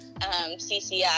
CCI